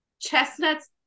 Chestnuts